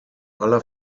aller